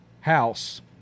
house